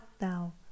now